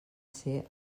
ser